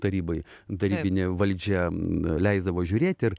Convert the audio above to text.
tarybai tarybinė valdžia leisdavo žiūrėti ir